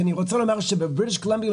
אני רוצה לומר שבריטיש קולומביה,